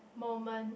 moment